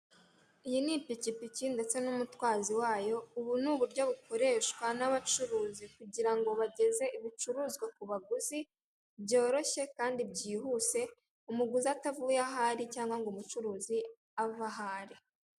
Iyi ni ipikipiki ndetse n'umutwazi wayo, ubu ni uburyo bukoreshwa n'abacuruzi kugira ngo bageze ibicuruzwa ku baguzi, byoroshye kandi byihuse, umuguzi atavuye aho ari cyangwa umucuruzi ave aho ari.